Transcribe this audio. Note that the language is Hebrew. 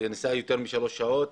זאת נסיעה של יותר משלוש שעות,